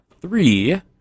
three